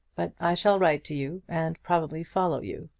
but i shall write to you, and probably follow you.